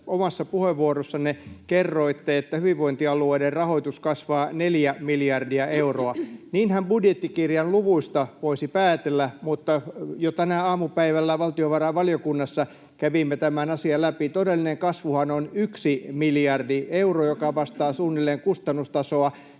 omassa puheenvuorossanne kerroitte, että hyvinvointialueiden rahoitus kasvaa 4 miljardia euroa. Niinhän budjettikirjan luvuista voisi päätellä, mutta jo tänään aamupäivällä valtiovarainvaliokunnassa kävimme tämän asian läpi. Todellinen kasvuhan on 1 miljardi euroa, joka vastaa suunnilleen kustannustasoa,